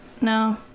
No